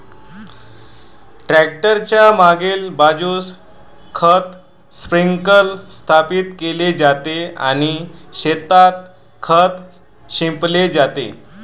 tractor च्या मागील बाजूस खत स्प्रिंकलर स्थापित केले जाते आणि शेतात खत शिंपडले जाते